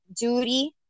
duty